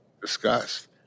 discussed